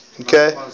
Okay